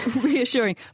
Reassuring